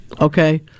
Okay